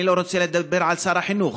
אני לא רוצה לדבר על שר החינוך,